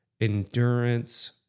endurance